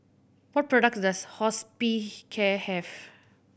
what products does Hospicare have